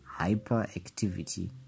hyperactivity